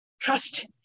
trust